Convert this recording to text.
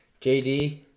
JD